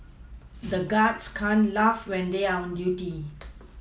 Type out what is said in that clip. the guards can't laugh when they are on duty